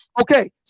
Okay